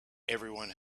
everyone